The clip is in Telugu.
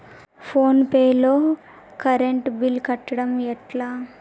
ఫోన్ పే లో కరెంట్ బిల్ కట్టడం ఎట్లా?